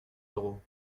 taureau